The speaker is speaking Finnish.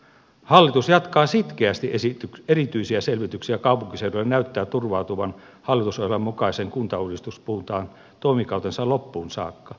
hallitus jatkaa sitkeästi erityisiä selvityksiä kaupunkiseuduilla ja näyttää turvautuvan hallitusohjelman mukaiseen kuntauudistuspuhuntaan toimikautensa loppuun saakka